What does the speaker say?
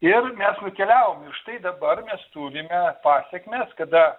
štai dabar nes turime pasekmes kada